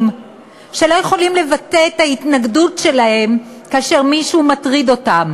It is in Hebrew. שלא יכולים לבטא את ההתנגדות שלהם כאשר מישהו מטריד אותם,